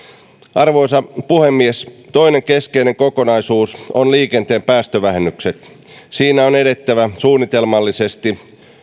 arvoisa puhemies toinen keskeinen kokonaisuus on liikenteen päästövähennykset siinä on edettävä suunnitelmallisesti